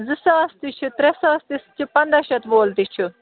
زٕ ساس تہِ چھِ ترٛےٚ ساس تہِ چھِ پَنٛداہ شتھ وول تہِ چھُ